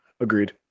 Agreed